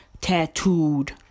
tattooed